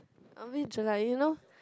a bit Jelat you know